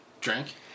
drink